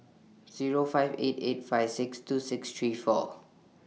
Zero five eight eight five six two six three four